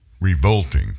revolting